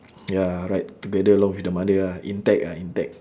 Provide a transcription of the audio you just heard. ya ride together along with the mother ah intact ah intact